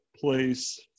place